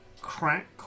crack